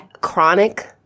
chronic